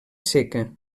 seca